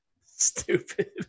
Stupid